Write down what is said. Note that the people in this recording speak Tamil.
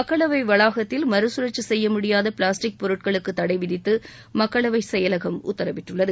மக்களவை வளாகத்தில் மறுகழற்சி செய்ய முடியாத பிளாஸ்டிக் பொருட்களுக்கு தடை விதித்து மக்களவை செயலகம் உத்தரவிட்டுள்ளது